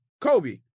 Kobe